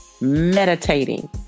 meditating